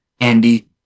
Andy